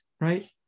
right